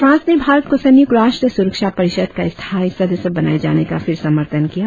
France ने भारत को संयुक्त राष्ट्र सुरक्षा परिषद का स्थायी सदस्य बनाए जाने का फिर समर्थन किया है